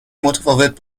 متفاوت